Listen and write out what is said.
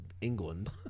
England